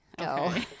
Okay